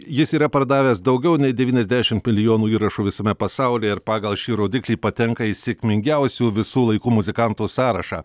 jis yra pardavęs daugiau nei devyniasdešimt milijonų įrašų visame pasaulyje ir pagal šį rodiklį patenka į sėkmingiausių visų laikų muzikantų sąrašą